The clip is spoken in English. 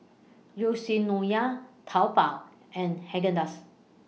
Yoshinoya Taobao and Haagen Dazs